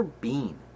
Bean